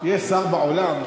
יש שר בעולם?